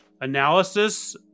analysis